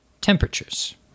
Temperatures